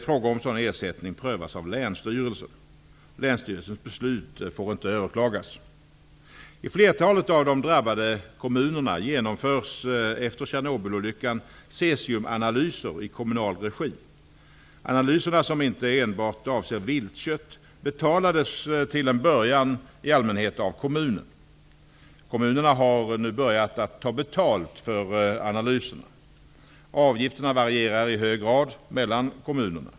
Frågor om sådan ersättning prövas av länsstyrelsen. Länsstyrelsens beslut får inte överklagas. I flertalet av de drabbade kommunerna genomförs efter Tjernobylolyckan cesiumanalyser i kommunal regi. Analyserna, som inte enbart avser viltkött, betalades till en början i allmänhet av kommunen. Kommunerna har nu börjat ta betalt för analyserna. Avgifterna varierar i hög grad mellan kommunerna.